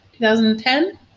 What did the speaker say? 2010